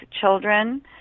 children